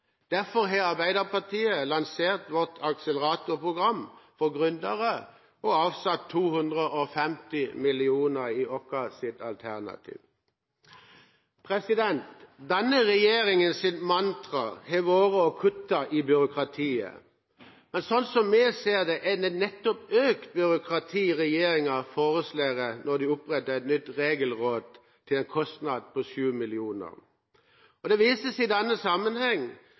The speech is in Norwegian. Derfor har Arbeiderpartiet lansert sitt akseleratorprogram for gründere og har avsatt 250 mill. kr i sitt alternative budsjett. Denne regjeringens mantra har vært å kutte i byråkratiet. Slik vi ser det, er det nettopp økt byråkrati regjeringen foreslår når de oppretter et nytt regelråd til en kostnad på 7 mill. kr. Det vises i den sammenheng